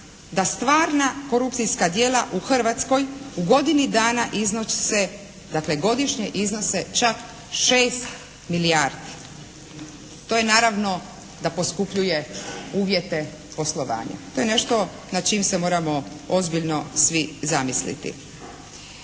da stvarna korupcijska djela u Hrvatskoj u godini dana iznose, dakle godišnje iznose čak 6 milijardi. To je naravno da poskupljuje uvjete poslovanje. To je nešto nad čim se moramo ozbiljno svi zamisliti.